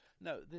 No